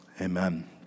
amen